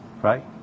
right